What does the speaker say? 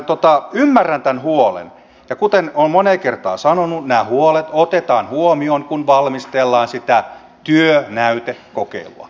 minä ymmärrän tämän huolen ja kuten olen moneen kertaan sanonut nämä huolet otetaan huomioon kun valmistellaan sitä työnäytekokeilua